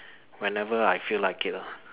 whenever I feel like it lah